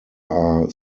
are